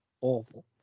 awful